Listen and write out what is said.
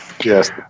Yes